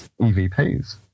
EVPs